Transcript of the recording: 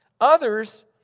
Others